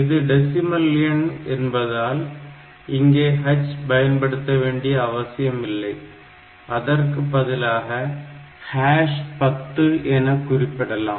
இது டெசிமல் எண் என்பதால் இங்கே H பயன்படுத்த வேண்டிய அவசியம் இல்லை அதற்குப் பதிலாக 10 என குறிப்பிடலாம்